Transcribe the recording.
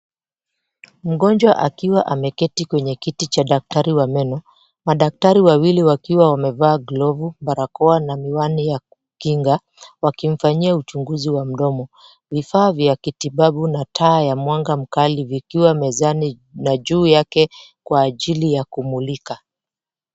Mgonjwa akiwa ameketi kwenye kiti cha daktari wa meno, madaktari wawili wakiwa wamevaa glovu, barakoa na miwani ya kukinga, wakimfanyia uchunguzi wa mdomo. Vifaa vya kitibabu na taa ya mwanga mkali vikiwa mezani na juu yake kwa ajili ya kumulika.